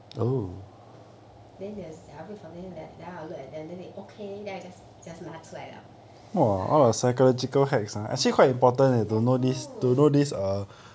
then they will !aiya! I will wait for them then they okay then I just just 拿出来了 have to